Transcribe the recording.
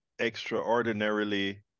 extraordinarily